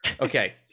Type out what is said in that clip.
okay